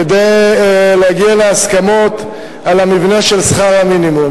כדי להגיע להסכמות על המבנה של שכר המינימום.